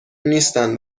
نیستن